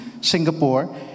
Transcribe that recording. Singapore